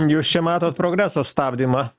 jūs čia matot progreso stabdymą